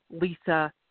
Lisa